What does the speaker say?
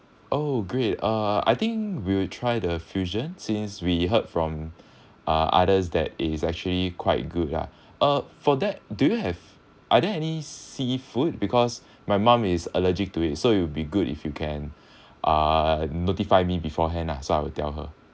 oh great uh I think we will try the fusion since we heard from uh others that it's actually quite good ah uh for that do you have are there any seafood because my mum is allergic to it so it'll will be good if you can uh notify me beforehand ah so I would tell her